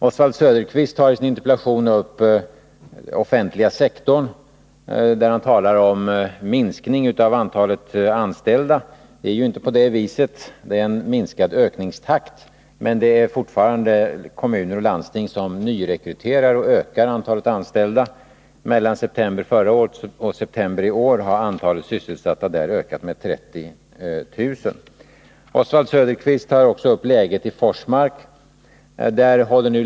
Oswald Söderqvist tar i sin interpellation upp frågan om den offentliga sektorn och talar om att det blivit en minskning av antalet anställda. Det är ju inte på det viset. Det är en minskad ökningstakt, men det finns fortfarande kommuner och landsting som nyrekryterar, ökar antalet anställda. Mellan september förra året och september i år har antalet sysselsatta inom denna sektor ökat med 30 000. Oswald Söderqvist tar också upp läget i Forsmark.